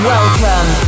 Welcome